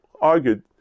argued